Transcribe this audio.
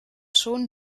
schon